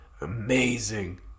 amazing